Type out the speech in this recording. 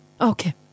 Okay